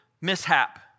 mishap